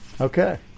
Okay